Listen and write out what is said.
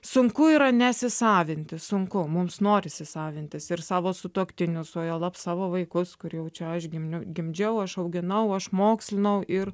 sunku yra nesisavinti sunku mums norisi savintis ir savo sutuoktinius o juolab savo vaikus kur jau čia aš gim gimdžiau aš auginau aš mokslinau ir